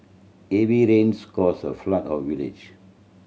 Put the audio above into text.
heavy rains caused a flood of village